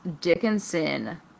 Dickinson